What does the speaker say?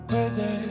Crazy